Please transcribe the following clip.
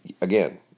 Again